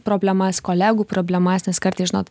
problemas kolegų problemas nes kartais žinot